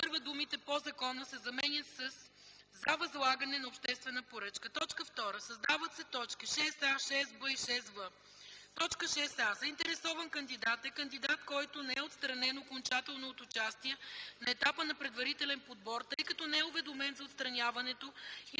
т. 1 думите „по закона” се заменят със „за възлагане на обществена поръчка”. 2. Създават се т. 6а, 6б и 6в: „6а. „Заинтересован кандидат” е кандидат, който не е отстранен окончателно от участие на етапа на предварителен подбор, тъй като не е уведомен за отстраняването